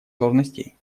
должностей